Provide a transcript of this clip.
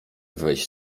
wyjść